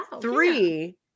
Three